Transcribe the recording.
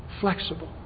flexible